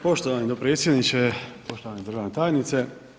Poštovani podpredsjedniče, poštovana državna tajnice.